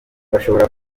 bashobora